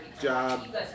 job